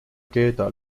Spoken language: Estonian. keeda